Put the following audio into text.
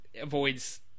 avoids